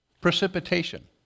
precipitation